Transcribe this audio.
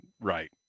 right